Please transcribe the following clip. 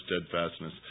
steadfastness